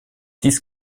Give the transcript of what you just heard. dies